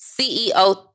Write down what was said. CEO